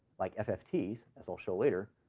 like, ffts, as i'll show later,